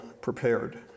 prepared